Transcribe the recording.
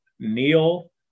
Neil